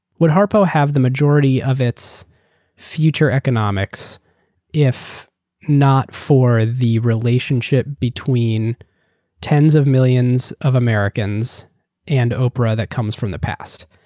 would harpo have the majority of its future economics if not for the relationship between tens of millions of americans and oprah that comes from the past?